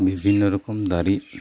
ᱵᱤᱵᱷᱤᱱᱱᱚ ᱨᱚᱠᱚᱢ ᱫᱟᱨᱮ